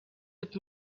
with